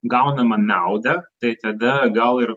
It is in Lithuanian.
gaunamą naudą tai tada gal ir